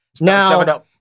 Now